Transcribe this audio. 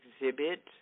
exhibit